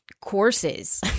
courses